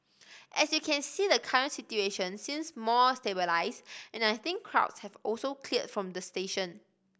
as you can see the current situation seems more stabilised and I think crowds have also cleared from the station